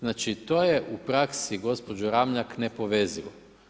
Znači to je u praksi, gospođo Ramljak, nepovezivo.